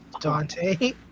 Dante